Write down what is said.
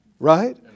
Right